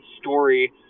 story